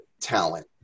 talent